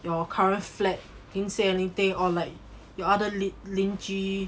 your current flat didn't say anything or like your other 邻居